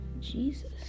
Jesus